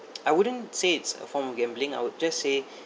I wouldn't say it's a form of gambling I would just say